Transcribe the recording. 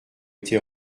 été